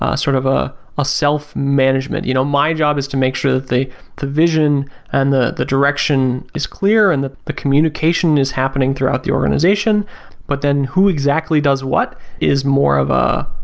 ah sort of a ah self management. you know my job is to make sure that the vision and the the direction is clear. and the the communication is happening throughout the organization but then who exactly does what is more of ah